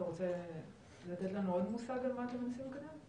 אתה רוצה לתת לנו עוד מושג על אתם מנסים לקדם?